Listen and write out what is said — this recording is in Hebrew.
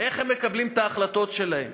ואיך הם מקבלים את ההחלטות שלהם?